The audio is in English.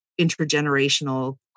intergenerational